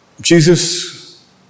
Jesus